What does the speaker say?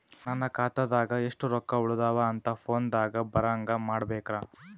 ನನ್ನ ಖಾತಾದಾಗ ಎಷ್ಟ ರೊಕ್ಕ ಉಳದಾವ ಅಂತ ಫೋನ ದಾಗ ಬರಂಗ ಮಾಡ ಬೇಕ್ರಾ?